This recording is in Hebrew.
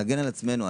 להגן על עצמנו.